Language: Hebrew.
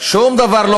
לא